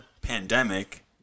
pandemic